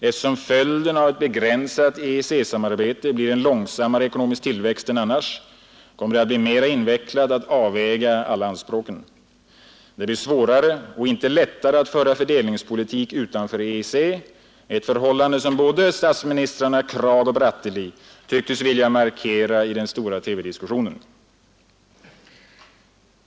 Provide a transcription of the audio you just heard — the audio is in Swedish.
Eftersom följden av ett begränsat EEC-samarbete är en långsammare ekonomisk tillväxt än annars kommer det att bli mera invecklat att avväga alla anspråken. Det blir svårare och inte lättare att föra fördelningspolitik utanför EEC — ett förhållande som statsministrarna Krag och Bratteli tycktes vilja markera i den stora TV-diskussionen.